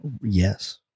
yes